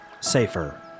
Safer